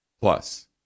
Plus